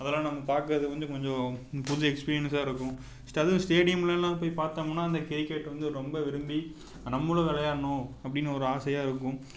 அத எல்லாம் நம்ம பார்க்கறது வந்து கொஞ்சம் புது எக்ஸ்பிரியன்ஸாக இருக்கும் அதுவும் ஸ்டேடியம்லலாம் போய் பார்த்தமுன்னா அந்த கிரிக்கெட் வந்து ரொம்ப விரும்பி நம்மளும் விளையாட்ணும் அப்படின்னு ஒரு ஆசையாக இருக்கும்